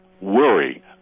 worry